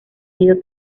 ido